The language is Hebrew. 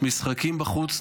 משחקים בחוץ,